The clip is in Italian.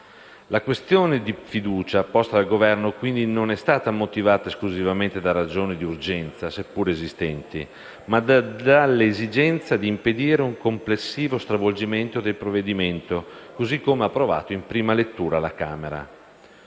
La questione di fiducia posta dal Governo non è stata quindi motivata esclusivamente da ragioni di urgenza, seppure esistenti, ma dall'esigenza di impedire un complessivo stravolgimento del provvedimento, così come approvato in prima lettura alla Camera.